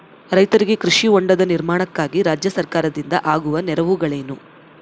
ರೈತರಿಗೆ ಕೃಷಿ ಹೊಂಡದ ನಿರ್ಮಾಣಕ್ಕಾಗಿ ರಾಜ್ಯ ಸರ್ಕಾರದಿಂದ ಆಗುವ ನೆರವುಗಳೇನು?